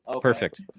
Perfect